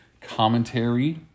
commentary